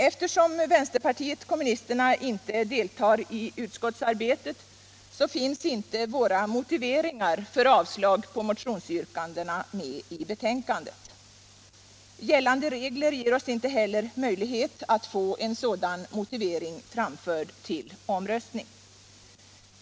Eftersom vänsterpartiet kommunisterna inte deltar i utskottsarbetet finns inte våra motiveringar för avslag på motionsyrkandena med i betänkandet. Gällande regler ger oss inte heller möjlighet att få en sådan motivering framförd till omröstning.